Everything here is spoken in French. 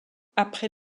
après